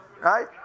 right